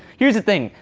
here's the thing,